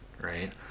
right